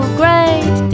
great